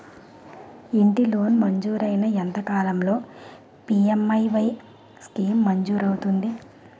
ఇంటి లోన్ మంజూరైన ఎంత కాలంలో పి.ఎం.ఎ.వై స్కీమ్ మంజూరు అవుతుంది?